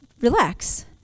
relax